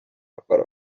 para